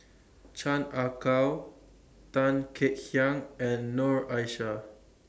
Chan Ah Kow Tan Kek Hiang and Noor Aishah